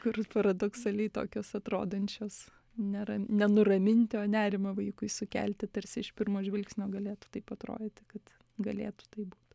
kur paradoksaliai tokios atrodančios nėra ne nuraminti o nerimą vaikui sukelti tarsi iš pirmo žvilgsnio galėtų taip atrodyti kad galėtų taip būt